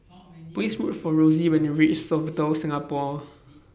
Please Look For Rosy when YOU REACH Sofitel Singapore